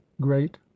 great